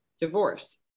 divorce